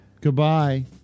Goodbye